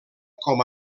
com